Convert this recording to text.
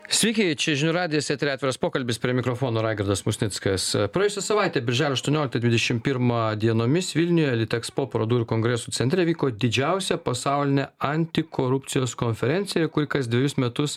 sveiki čia žinių radijas eteryje atviras pokalbis prie mikrofono raigardas musnickas praėjusią savaitę birželio aštuonioliktą dvidešimt pirmą dienomis vilniuje litexpo parodų ir kongresų centre vyko didžiausia pasaulinė antikorupcijos konferencija kuri kas dvejus metus